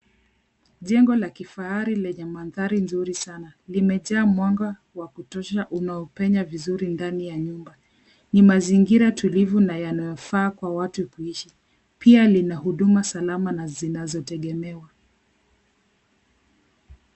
Jengo la kifahari lenye mandhari nzuri sana. Limejaa mwanga wa kutosha unaopenya vizuri ndani ya nyumba. Ni mazingira tulivu na yanayofaa kwa watu kuishi. Pia lina huduma salama na zinazotegemewa.